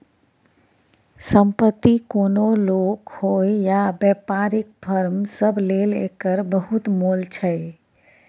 संपत्ति कोनो लोक होइ या बेपारीक फर्म सब लेल एकर बहुत मोल छै